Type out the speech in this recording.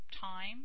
time